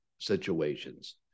situations